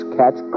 catch